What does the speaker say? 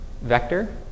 vector